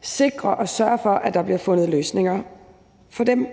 sikre og sørge for, at der bliver fundet løsninger for dem.